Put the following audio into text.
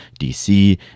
DC